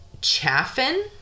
Chaffin